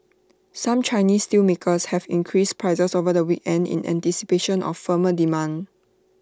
some Chinese steelmakers have increased prices over the weekend in anticipation of firmer demand